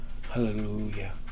hallelujah